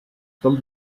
told